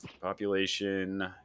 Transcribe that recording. Population